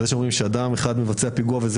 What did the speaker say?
על זה שאומרים שאם אדם אחד מבצע פיגוע וזה